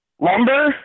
lumber